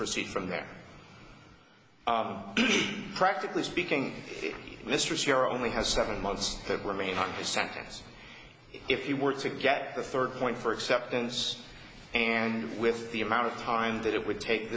proceed from there practically speaking mistress you're only has seven months to remain on the sentence if you were to get the third point for acceptance and with the amount of time that it would take